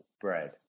bread